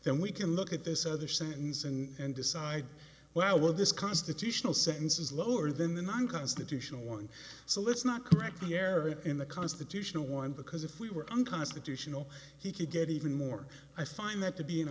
then we can look at this other sentence and decide well what this constitutional sentence is lower than the unconstitutional one so let's not correct the area in the constitutional one because if we were unconstitutional he could get even more i find that to be an